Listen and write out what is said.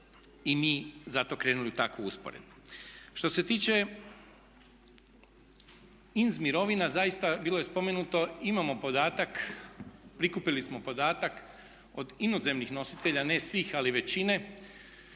i mi zato krenuli u takvu usporedbu. Što se tiče inozemnih mirovina zaista bilo je spomenuto, imamo podatak, prikupili smo podatak od inozemnih nositelja ne svih ali većine,